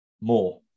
more